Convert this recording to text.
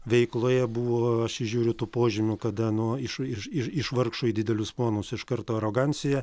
veikloje buvo aš įžiūriu tų požymių kada nuo iš iš iš vargšo į didelius ponus iš karto arogancija